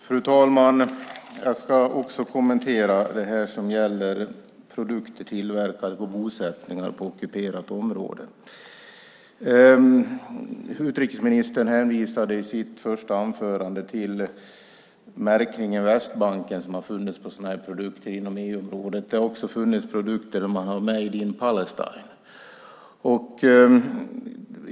Fru talman! Jag ska också kommentera detta som gäller produkter tillverkade i bosättningar på ockuperat område. Utrikesministern hänvisade i sitt första anförande till märkningen "Västbanken", som har funnits på sådana produkter inom EU. Det har också förekommit produkter med märkningen "Made in Palestine".